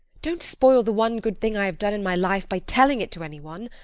don't spoil the one good thing i have done in my life by telling it to any one.